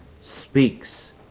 speaks